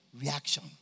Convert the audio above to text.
reaction